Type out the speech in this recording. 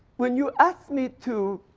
when you asked me to,